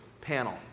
panel